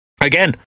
again